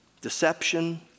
Deception